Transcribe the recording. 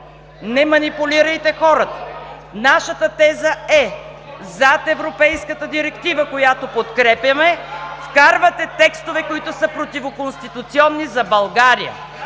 Паунов. КОРНЕЛИЯ НИНОВА: Нашата теза е, че зад европейската директива, която подкрепяме, вкарвате текстове, които са противоконституционни за България.